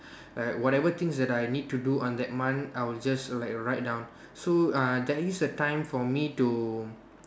like whatever things that I need to do on that month I will just like write down so uh there is a time for me to